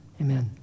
amen